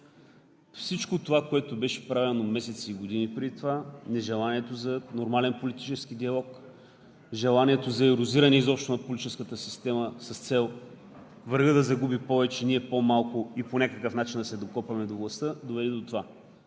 Всичко това, което беше правено месеци и години преди това, нежеланието за нормален политически диалог, желанието за ерозиране изобщо на политическата система с цел врагът да загуби повече, ние по-малко и по някакъв начин да се докопаме до властта доведе до това.